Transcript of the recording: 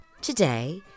Today